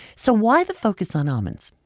so why the focus on almonds?